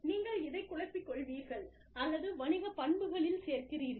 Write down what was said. நீங்கள் இதைக் குழப்பிக் கொள்வீர்கள் அல்லது வணிக பண்புகளில் சேர்க்கிறீர்கள்